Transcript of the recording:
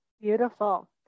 Beautiful